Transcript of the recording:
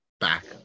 back